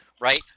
right